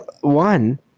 one